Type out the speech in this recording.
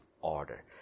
order